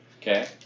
Okay